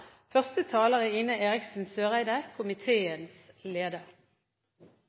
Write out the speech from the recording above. Første taler er